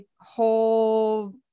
whole